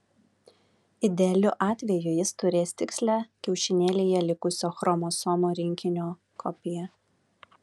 idealiu atveju jis turės tikslią kiaušinėlyje likusio chromosomų rinkinio kopiją